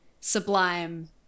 sublime